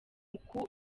uku